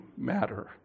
matter